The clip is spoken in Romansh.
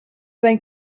bein